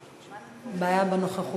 ההצעה עברה, והיא